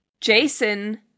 Jason